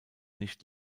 nicht